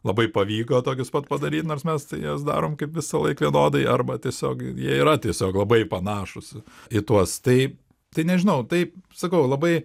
labai pavyko tokius pat padaryt nors mes jas darom kaip visąlaik vienodai arba tiesiog jie yra tiesiog labai panašūs į tuos tai tai nežinau taip sakau labai